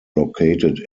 located